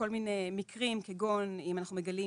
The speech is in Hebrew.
בכל מיני מקרים כגון אם אנחנו מגלים